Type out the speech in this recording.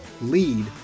lead